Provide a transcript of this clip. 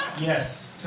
Yes